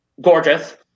Gorgeous